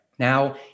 Now